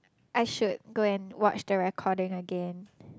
I should go and watch the recording again